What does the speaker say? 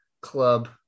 Club